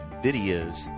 videos